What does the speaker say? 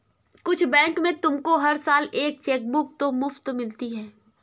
कुछ बैंक में तुमको हर साल एक चेकबुक तो मुफ़्त मिलती है